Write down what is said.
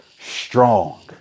strong